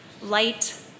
light